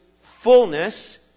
fullness